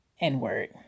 n-word